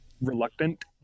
Reluctant